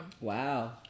Wow